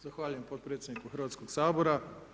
Zahvaljujem potpredsjedniku Hrvatskog sabora.